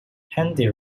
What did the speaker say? handy